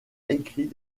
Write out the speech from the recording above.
écrit